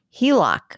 HELOC